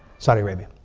saudi arabia,